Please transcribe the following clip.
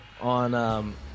on –